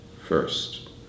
first